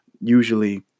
usually